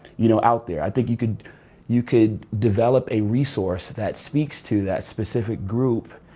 you know out there. i think you could you could develop a resource that speaks to that specific group,